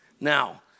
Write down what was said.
Now